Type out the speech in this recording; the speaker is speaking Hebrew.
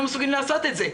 הם לא מסוגלים לעשות את זה.